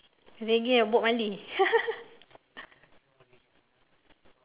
reggae bob-marley